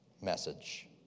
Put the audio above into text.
message